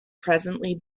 presently